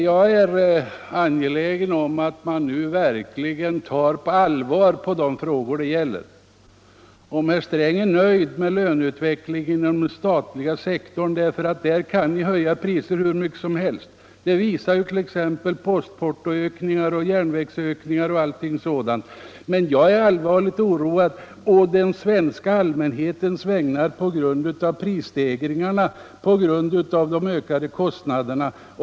Jag är angelägen om att de frågor det här gäller nu verkligen skall kunna tas på allvar. Om herr Sträng är nöjd med löneutvecklingen inom den statliga sektorn — därför att ni där kan höja priserna hur mycket som helst, vilket t.ex. postportoökningar, ökningar av priser på järnvägsbiljetter och allt möjligt annat visar — är jag i stället allvarligt oroad å den svenska allmänhetens vägnar på grund av prisstegringarna och de ökade kostnaderna.